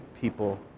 people